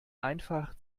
einfach